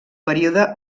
període